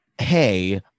hey